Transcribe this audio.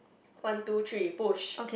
one two three push